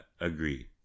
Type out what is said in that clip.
Agree